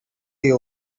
you